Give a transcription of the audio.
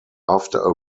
after